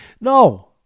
no